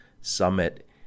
Summit